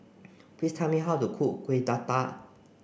please tell me how to cook Kueh Dadar